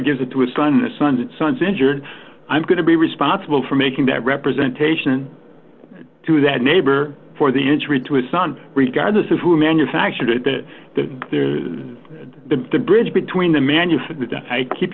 gives it to his son the sons and sons injured i'm going to be responsible for making that representation to that neighbor for the injury to his son regardless of who manufactured it that the the the bridge between the man